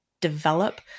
develop